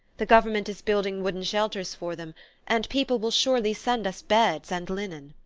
the government is building wooden shelters for them and people will surely send us beds and linen.